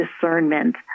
discernment